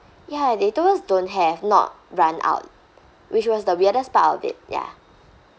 ya they told us don't have not run out which was the weirdest part of it ya